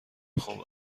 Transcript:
خوب